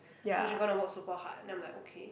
so she gonna work super hard then I'm like okay